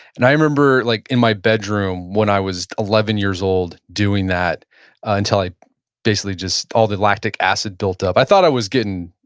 and i remember like in my bedroom, when i was eleven years old, doing that until i basically just all the lactic acid built up. i thought i was getting,